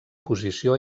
posició